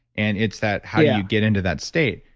and it's that how you get into that state.